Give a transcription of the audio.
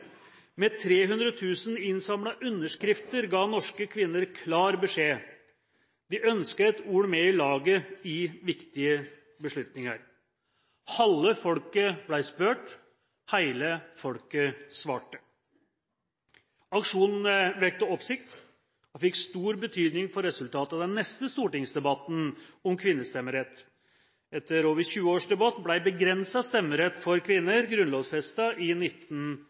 Med 300 000 innsamlede underskrifter ga norske kvinner klar beskjed: De ønsket et ord med i laget i viktige beslutninger – halve folket ble spurt, hele folket svarte. Aksjonen vakte oppsikt og fikk stor betydning for resultatet av den neste stortingsdebatten om kvinnestemmerett. Etter over 20 års debatt ble begrenset stemmerett for kvinner grunnlovsfestet i